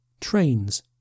Trains